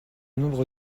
nombre